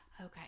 okay